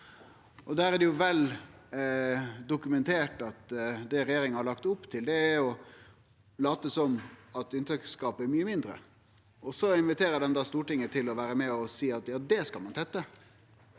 er det vel dokumentert at det regjeringa har lagt opp til, er å late som at inntektsgapet er mykje mindre. Så inviterer dei Stortinget til å vere med og seie at det skal ein tette,